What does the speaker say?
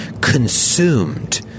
consumed